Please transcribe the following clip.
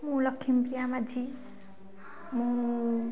ମୁଁ ଲକ୍ଷ୍ମୀପ୍ରିୟା ମାଝି ମୁଁ